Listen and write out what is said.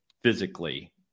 physically